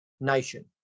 nation